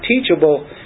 teachable